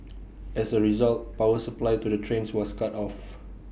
as A result power supply to the trains was cut off